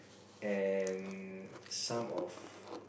and some of